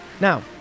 Now